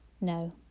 No